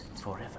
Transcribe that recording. forever